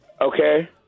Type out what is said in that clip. Okay